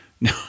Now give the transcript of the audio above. no